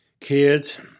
kids